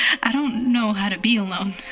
i don't know how to be alone